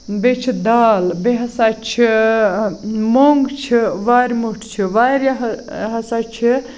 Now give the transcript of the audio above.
دال بیٚیہِ ہسا چھِ مونگ چھُ وارِمُٹھ چھُ واریاہ ہسا چھِ